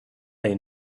they